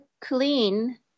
clean